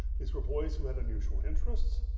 these were boys who had unusual interests,